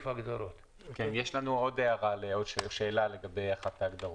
יש לנו עוד שאלה לגבי אחת ההגדרות.